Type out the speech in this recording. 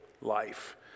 life